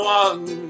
one